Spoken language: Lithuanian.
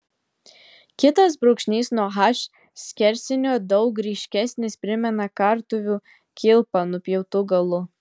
kitas brūkšnys nuo h skersinio daug ryškesnis primena kartuvių kilpą nupjautu galu